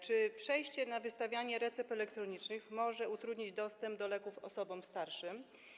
Czy przejście na wystawianie recept elektronicznych może utrudnić dostęp do leków osobom starszym?